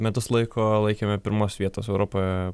metus laiko laikėme pirmos vietos europoje